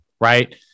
Right